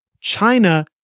China